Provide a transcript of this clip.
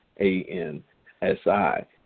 A-N-S-I